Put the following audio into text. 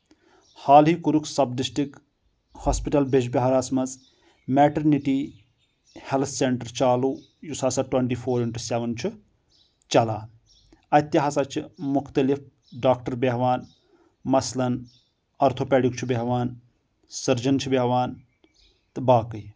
حالٕے کوٚرُکھ سب ڈسٹرک ہاسپِٹل بیجبہارس منٛز میٹرنٹی ہیٚلتھ سینٹر چالوٗ یُس ہسا ٹوینٹی فور اِنٹہ سیٚون چھُ چلان اتہِ تہِ ہسا چھِ مُختٔلِف ڈاکٹر بیٚہوان مثلن آرتھوپیڈک چھُ بیٚہوان سٔرجن چھُ بیٚہوان تہٕ باقٕے